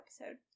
episode